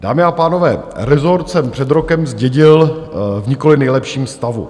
Dámy a pánové, rezort jsem před rokem zdědil nikoliv v nejlepším stavu.